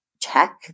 check